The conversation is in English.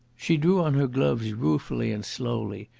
she drew on her gloves ruefully and slowly,